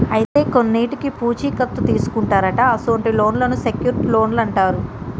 అయితే కొన్నింటికి పూచీ కత్తు తీసుకుంటారట అసొంటి లోన్లను సెక్యూర్ట్ లోన్లు అంటారు